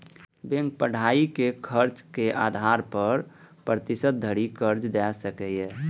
bank पढ़ाइक खर्चक आधार पर सय प्रतिशत धरि कर्ज दए सकैए